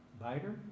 biter